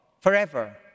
forever